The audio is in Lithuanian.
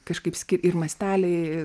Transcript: kažkaip ski ir masteliai